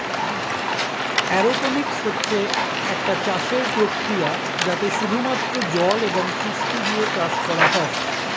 aeroponics হচ্ছে একটা চাষের প্রক্রিয়া যাতে শুধু মাত্র জল এবং পুষ্টি দিয়ে চাষ করা হয়